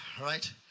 right